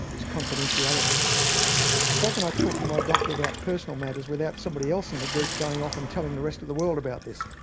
is confidentiality how can i talk to my doctor about personal matters without somebody in the group going off and telling the rest of the world about this.